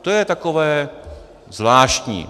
To je takové zvláštní.